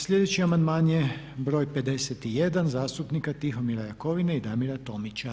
Sljedeći amandman je broj 51. zastupnika Tihomira Jakovine i Damira Tomića.